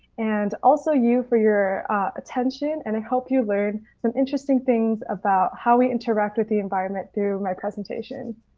and also you for your attention and i hope you learned some interesting things about how we interact with the environment through my presentation.